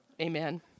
Amen